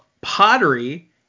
pottery